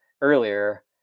earlier